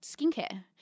skincare